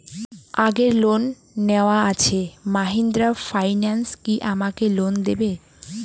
আগের লোন নেওয়া আছে মাহিন্দ্রা ফাইন্যান্স কি আমাকে লোন দেবে?